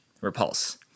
repulse